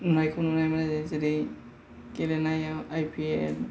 नायफुंनाय जायो जेरै गेलेनायाव आइ पि एल